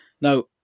Now